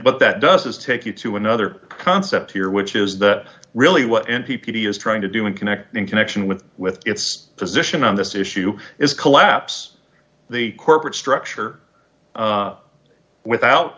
but that does is take you to another concept here which is that really what n t p is trying to do in connecting connection with with its position on this issue is collapse the corporate structure without